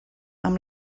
amb